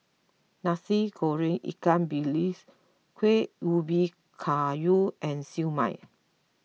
Nasi Goreng Ikan Bilis Kueh Ubi Kayu and Siew Mai